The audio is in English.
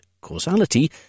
causality